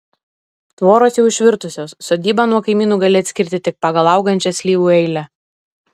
tvoros jau išvirtusios sodybą nuo kaimynų gali atskirti tik pagal augančią slyvų eilę